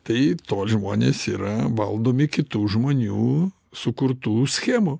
tai tol žmonės yra valdomi kitų žmonių sukurtų schemų